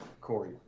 Corey